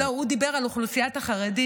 לא, הוא דיבר על אוכלוסיית החרדים.